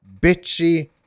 bitchy